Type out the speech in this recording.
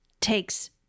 takes